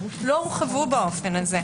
לא הורחבו באופן הזה.